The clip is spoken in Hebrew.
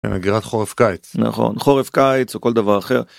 הגירת חורף קיץ נכון חורף קיץ וכל דבר אחר.